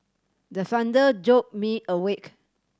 the thunder jolt me awake